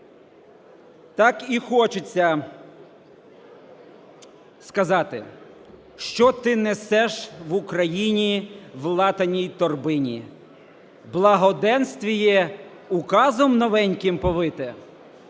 Так і хочеться сказати: "Що ти несеш в Україну в латаній торбині? "Благоденствіє, указом Новеньким повите"?